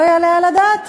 לא יעלה על הדעת,